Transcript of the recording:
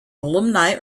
alumni